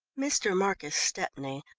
mr. marcus stepney,